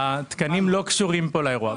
התקנים לא קשורים פה לאירוע,